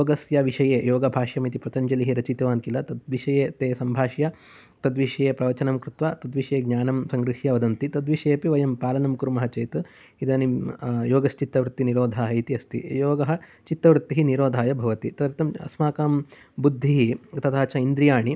योगस्य विषये योगभाष्यम् इति पतञ्जलिः रचितवान् किल तद्विषये ते सम्भाष्य तद्विषये प्रवचनं कृत्वा तद्विषये ज्ञानं संगृह्य वदन्ति तद्विषयेपि वयं पालनं कुर्मः चेत् इदानीं योगश्चित्तवृत्तिनिरोधः इति अस्ति योगः चित्तवृत्तिनिरोधाय भवति तदर्थम् अस्माकं बुद्धिः तथा च इन्द्रियाणि